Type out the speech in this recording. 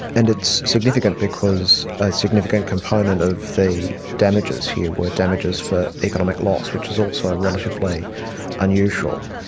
and it's significant because a significant component of the damages here were damages for economic loss, which is also ah relatively unusual.